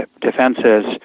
Defense's